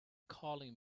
calling